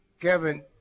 Kevin